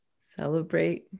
celebrate